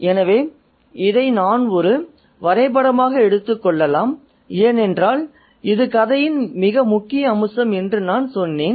எனவே இதை நாம் ஒரு வரைபடமாக எடுத்துக்கொள்ளலாம் ஏனென்றால் இது கதையின் முக்கிய அம்சம் என்று நான் சொன்னேன்